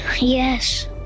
Yes